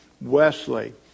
Wesley